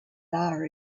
are